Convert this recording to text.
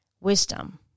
wisdom